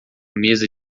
mesa